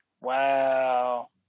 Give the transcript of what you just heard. Wow